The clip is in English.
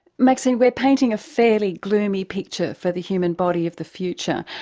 maxine, we're painting a fairly gloomy picture for the human body of the future,